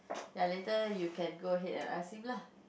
ya later you can go ahead and ask him lah